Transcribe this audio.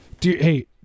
Hey